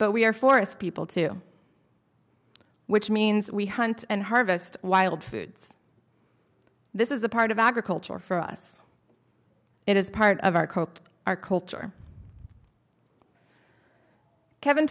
but we are forest people to which means we hunt and harvest wild foods this is a part of agriculture for us it is part of our cocke our culture kevin